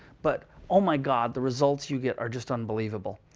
but oh my god, the results you get are just unbelievable.